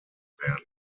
werden